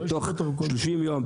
תוך שלושים יום,